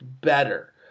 better